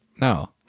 No